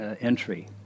entry